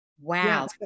Wow